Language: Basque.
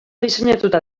diseinatuta